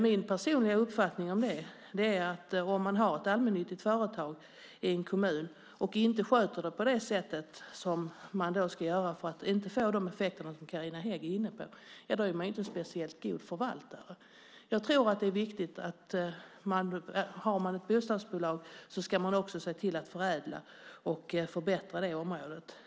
Min personliga uppfattning om det är att om man har ett allmännyttigt företag i en kommun och inte sköter det på det sätt som man ska göra för att inte få de effekter som Carina Hägg är inne på är man inte en speciellt bra förvaltare. Jag tror att det är viktigt att säga att har man ett bostadsbolag ska man också se till att förädla och förbättra området.